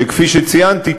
שכפי שציינתי,